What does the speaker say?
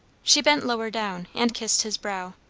she bent lower down, and kissed his brow.